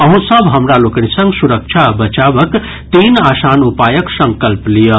अहूँ सभ हमरा लोकनि संग सुरक्षा आ बचावक तीन आसान उपायक संकल्प लियऽ